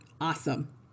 Awesome